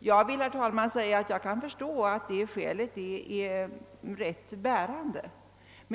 Jag kan förstå att det skälet är ganska bärande.